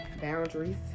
boundaries